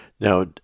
Now